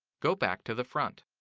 go back to the front.